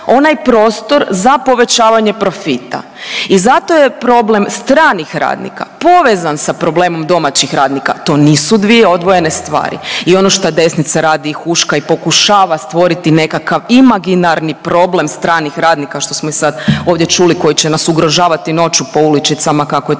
onaj prostor za povećavanje profita. I zato je problem stranih radnika povezan sa problemom domaćih radnika. To nisu dvije odvojene stvari. I ono što desnica radi i huška i pokušava stvoriti nekakav imaginarni problem stranih radnika što smo i sad ovdje čuli koji će nas ugrožavati noću po uličicama kako je